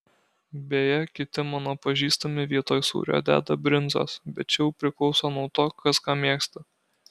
beje kiti mano pažįstami vietoj sūrio deda brinzos bet čia jau priklauso nuo to kas ką mėgsta